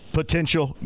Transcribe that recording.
potential